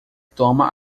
toma